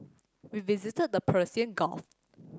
we visited the Persian Gulf